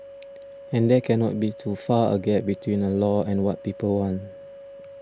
and there cannot be too far a gap between a law and what people want